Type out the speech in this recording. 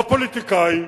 בפוליטיקאים.